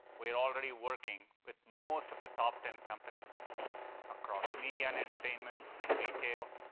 we are already working with most of the top ten companies across media and entertainment and retail,